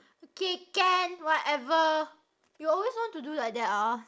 okay can whatever you always want to do like that ah